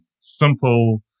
simple